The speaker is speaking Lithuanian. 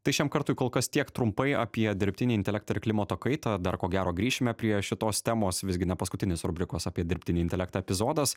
tai šiam kartui kol kas tiek trumpai apie dirbtinį intelektą ir klimato kaitą dar ko gero grįšime prie šitos temos visgi ne paskutinis rubrikos apie dirbtinį intelektą epizodas